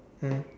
mm